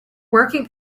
working